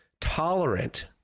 tolerant